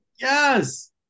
yes